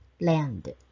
Land